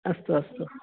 अस्तु अस्तु